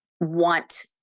want